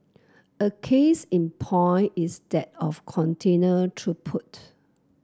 a case in point is that of container throughput